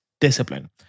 discipline